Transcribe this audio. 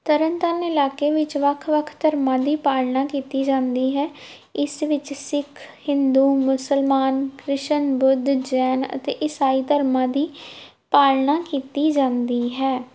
ਤਰਨਤਾਰਨ ਇਲਾਕੇ ਵਿੱਚ ਵੱਖ ਵੱਖ ਧਰਮਾਂ ਦੀ ਪਾਲਣਾ ਕੀਤੀ ਜਾਂਦੀ ਹੈ ਇਸ ਵਿੱਚ ਸਿੱਖ ਹਿੰਦੂ ਮੁਸਲਮਾਨ ਕ੍ਰਿਸ਼ਨ ਬੁੱਧ ਜੈਨ ਅਤੇ ਇਸਾਈ ਧਰਮਾਂ ਦੀ ਪਾਲਣਾ ਕੀਤੀ ਜਾਂਦੀ ਹੈ